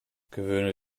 gewöhne